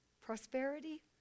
prosperity